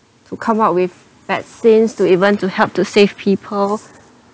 to come up with vaccines to even to help to save people